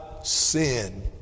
Sin